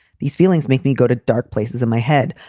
these feelings make me go to dark places in my head.